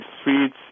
streets